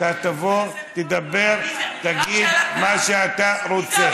תבוא, תדבר, תגיד מה שאתה רוצה.